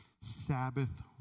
Sabbath